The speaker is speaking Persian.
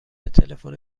تلفن